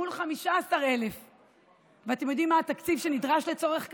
מול 15,000. ואתם יודעים מה התקציב שנדרש לצורך כך?